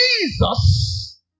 Jesus